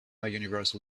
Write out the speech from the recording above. universal